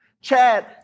Chad